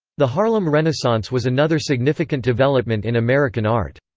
the harlem renaissance was another significant development in american art.